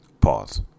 Pause